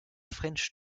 french